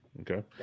Okay